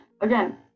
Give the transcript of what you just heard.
again